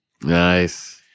Nice